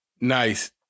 Nice